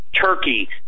Turkey